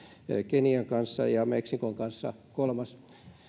kenian kanssa ja meksikon kanssa kolmas